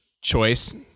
choice